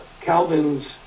Calvin's